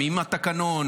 עד שתסיימו עם החוות דעת.